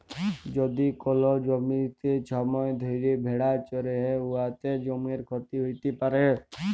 যদি কল জ্যমিতে ছময় ধ্যইরে ভেড়া চরহে উয়াতে জ্যমির ক্ষতি হ্যইতে পারে